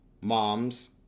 moms